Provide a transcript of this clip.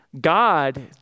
God